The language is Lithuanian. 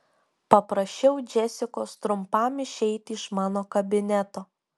paprašiau džesikos trumpam išeiti iš mano kabineto